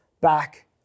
back